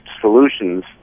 solutions